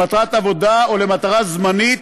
למטרת עבודה או למטרה זמנית,